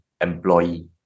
employee